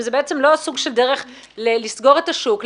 אם זאת לא דרך לסגור את השוק,